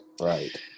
right